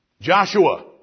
Joshua